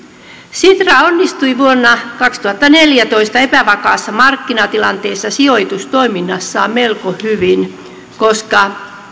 sitra onnistui vuonna kaksituhattaneljätoista epävakaassa markkinatilanteessa sijoitustoiminnassaan melko hyvin koska